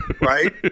right